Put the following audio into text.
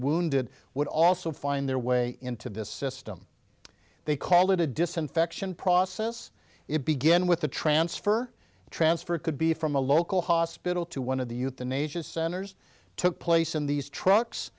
wounded would also find their way into this system they call it a disinfection process it began with the transfer transfer could be from a local hospital to one of the euthanasia centers took place in these trucks